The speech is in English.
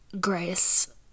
Grace